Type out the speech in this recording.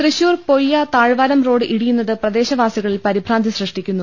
തൃശൂർ പൊയ്യ താഴ്വാരം റോഡ് ഇടിയുന്നത് പ്രദേശ വാസി കളിൽ പരിഭ്രാന്തി സൃഷ്ടിക്കുന്നു